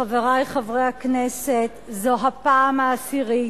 חברי חברי הכנסת, זו הפעם העשירית,